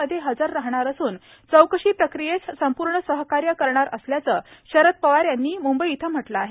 मध्ये हजर राहणार असून पूर्ण प्रक्रियेत सहकार्य करणार असल्याचं पवार यांनी म्ंबई इथं म्हटलं आहे